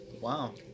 Wow